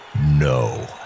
no